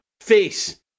face